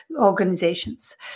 organizations